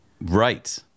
Right